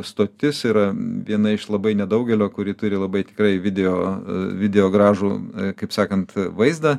stotis yra viena iš labai nedaugelio kuri turi labai tikrai video video gražų kaip sakant vaizdą